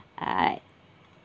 I